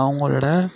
அவங்களோடய